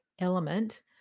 element